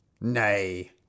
Nay